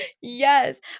Yes